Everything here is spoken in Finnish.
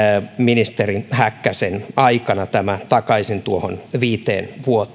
ministeri häkkäsen aikana tämä takaisin viiteen vuoteen